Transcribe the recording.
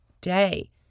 day